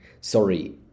Sorry